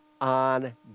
on